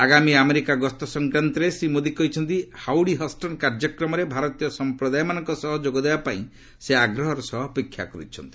ଆଗାମୀ ଆମେରିକା ଗସ୍ତ ସଂକ୍ରାନ୍ତରେ ଶ୍ରୀ ମୋଦୀ କହିଛନ୍ତି ହାଉଡି ହଷ୍ଟନ୍ କାର୍ଯ୍ୟକ୍ରମରେ ଭାରତୀୟ ସମ୍ପ୍ରଦାୟମାନଙ୍କ ସହ ଯୋଗଦେବା ପାଇଁ ସେ ଆଗ୍ରହର ସହ ଅପେକ୍ଷା କରିଛନ୍ତି